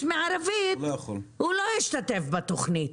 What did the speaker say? מערבית הוא לא יכול להשתתף בתוכנית.